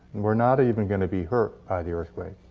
and we're not even going to be hurt by the earthquake.